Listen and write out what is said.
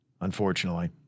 unfortunately